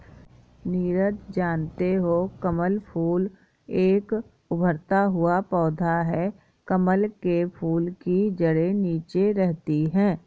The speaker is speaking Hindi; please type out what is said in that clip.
नीरज जानते हो कमल फूल एक उभरता हुआ पौधा है कमल के फूल की जड़े नीचे रहती है